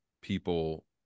people